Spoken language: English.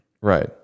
Right